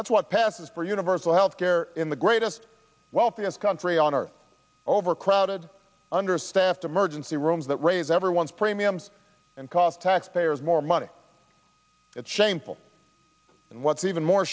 that's what passed as for universal health care in the greatest wealthiest country on earth overcrowded understaffed emergency rooms that raise everyone's premiums and cost taxpayers more money it's shameful and what's even more